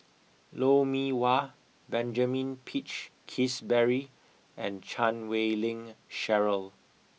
Lou Mee Wah Benjamin Peach Keasberry and Chan Wei Ling Cheryl